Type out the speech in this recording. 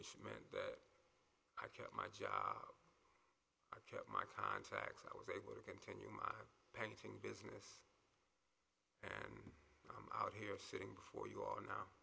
meant that i kept my job i kept my contacts i was able to continue my painting business and i'm out here sitting before you are now